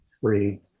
free